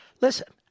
Listen